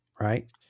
right